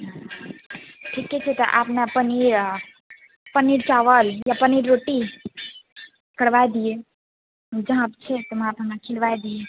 हँ ठीके छै तऽ अपने पनीर आ पनीर चावल या पनीर रोटी करबाय दिए जहाँ पे छै तऽ वहाँ हमरा खिलवाय दिए